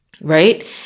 right